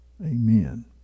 Amen